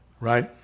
Right